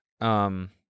Um-